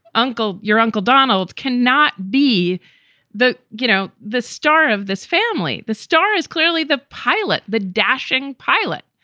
uncle, your uncle donald can not be the, you know, the star of this family. the star is clearly the pilot. the dashing pilot.